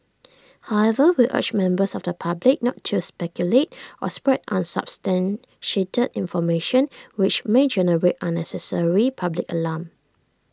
however we urge members of the public not to speculate or spread unsubstantiated information which may generate unnecessary public alarm